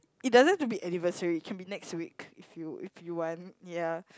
it doesn't have to be anniversary can be next week if you if you want ya